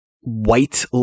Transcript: white